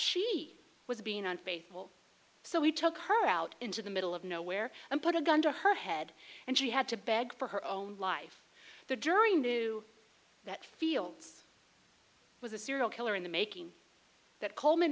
she was being unfaithful so we took her out into the middle of nowhere and put a gun to her head and she had to beg for her own life the jury knew that fields was a serial killer in the making that coleman